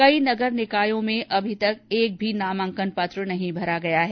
कई नगर निकायों में अभी तक एक भी नामांकन नहीं भरा गया है